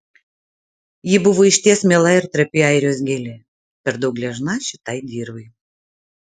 ji buvo išties miela ir trapi airijos gėlė per daug gležna šitai dirvai